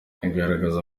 igaragaza